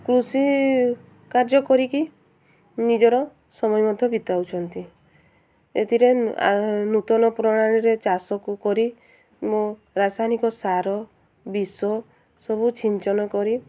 କୃଷି କାର୍ଯ୍ୟ କରିକି ନିଜର ସମୟ ମଧ୍ୟ ବିତାଉଛନ୍ତି ଏଥିରେ ନୂତନ ପ୍ରଣାଳୀରେ ଚାଷକୁ କରି ମୋ ରାସାୟନିକ ସାର ବିଷ ସବୁ ଛିଞ୍ଚନ କରି